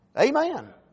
Amen